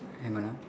hang on ah